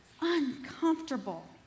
uncomfortable